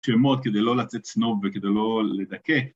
שמות כדי לא לצאת סנוב וכדי לא לדכא